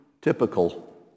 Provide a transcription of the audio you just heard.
Typical